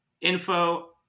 info